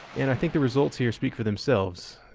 and i think the results here speak for themselves.